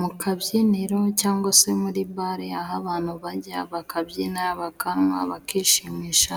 Mu kabyiniro cyangwa se muri bare aho abantu bajya bakabyina, bakanywa, bakishimisha,